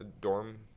dorm